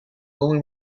only